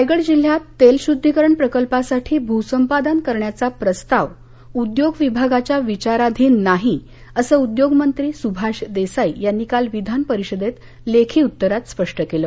रायगड जिल्ह्यात तेल शुद्धीकरण प्रकल्पासाठी भूसंपादन करण्याचा प्रस्ताव उद्योग विभागाच्या विचाराधीन नाही असं उद्योग मंत्री सुभाष देसाई यांनी काल विधानपरिषदेत लेखी उत्तरात स्पष्ट केलं